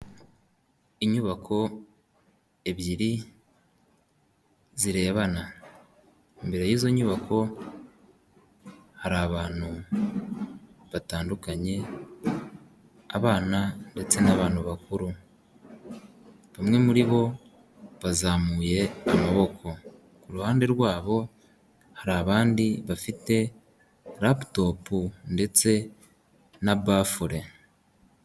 Inyubako ebyiri zirebana, imbere y'izo nyubako hari abantu batandukanye. Abana ndetse n'abantu bakuru, bamwe muri bo bazamuye amaboko ku ruhande rwabo hari abandi bafite raputopu ndetse na bafule.